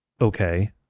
Okay